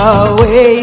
away